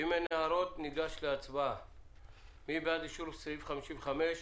מי בעד אישור סעיף 55?